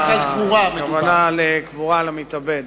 הכוונה לקבורה של מתאבד.